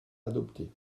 adoptée